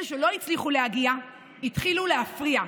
אלה שלא הצליחו להגיע התחילו להפריע,